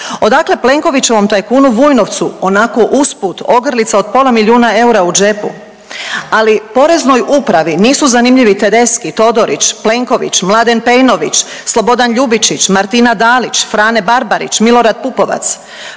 Odakle Plenkovićevom tajkunu Vujnovcu onako usput ogrlica od pola milijuna eura u džepu? Ali Poreznoj upravi nisu zanimljivi Tedeschi, Todorić, Plenković, Mladen Pejnović, Slobodan Ljubičić, Martina Dalić, Frane Barbarić, Milorad Pupovac.